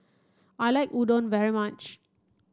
I like Udon very much